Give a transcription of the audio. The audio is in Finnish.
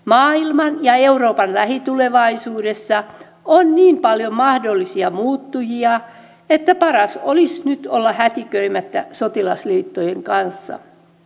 maailman ja euroopan lähitulevaisuudessa on niin paljon mahdollisia muuttujia että paras olisi nyt olla hätiköimättä sotilasliittojen kanssa